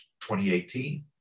2018